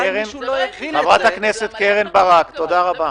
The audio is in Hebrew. חברת הכנסת קרן ברק, תודה רבה.